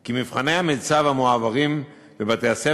כי מבחני המיצ"ב המועברים בבתי-הספר